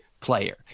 player